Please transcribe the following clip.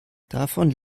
davon